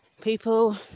people